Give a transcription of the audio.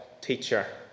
teacher